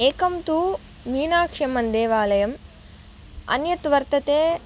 एकं तु मीनाक्ष्यम्मन् देवालयः अन्यत् वर्तते